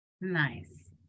Nice